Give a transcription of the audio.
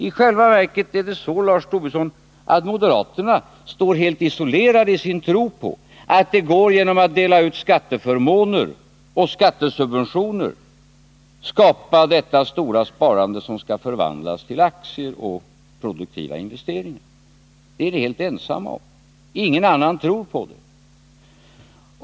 I själva verket är det så, Lars Tobisson, att moderaterna står helt isolerade i sin tro på att det går att skapa det stora sparande som skall förvandlas till aktier och produktiva investeringar genom att dela ut skatteförmåner och skattesubventioner. Det är ni helt ensamma om att tro på — ingen annan gör det.